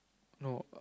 no err